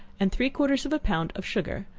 and three-quarters of a pound of sugar,